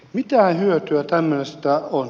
mitä hyötyä tämmöisestä on